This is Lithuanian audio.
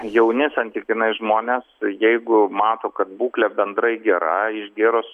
jauni santykinai žmonės jeigu mato kad būklė bendrai gera išgėrus